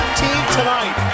tonight